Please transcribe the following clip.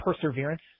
perseverance